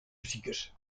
besikers